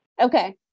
Okay